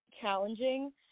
challenging